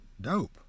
dope